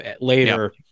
later